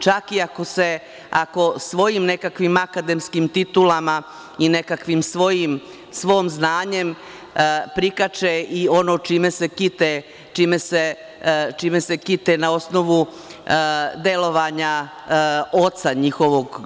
Čak i ako svojim nekim akademskim titulama i nekakvim svojim znanjem prikače i ono čime se kite na osnovu delovanja oca njihovog.